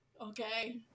okay